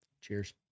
Cheers